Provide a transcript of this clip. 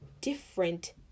different